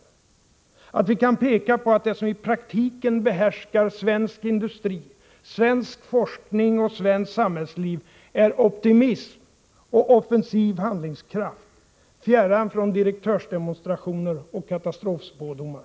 O Att vi kan peka på att det som i praktiken behärskar svensk industri, svensk forskning och svenskt samhällsliv är optimism och offensiv handlingskraft, fjärran från direktörsdemonstrationer och katastrofspådomar.